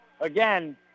Again